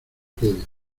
quede